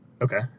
Okay